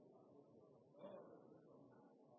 egentlig det samme